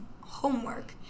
homework